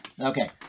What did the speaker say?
Okay